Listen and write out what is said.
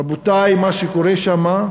רבותי, מה שקורה שם,